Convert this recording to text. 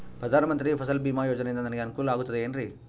ಪ್ರಧಾನ ಮಂತ್ರಿ ಫಸಲ್ ಭೇಮಾ ಯೋಜನೆಯಿಂದ ನನಗೆ ಅನುಕೂಲ ಆಗುತ್ತದೆ ಎನ್ರಿ?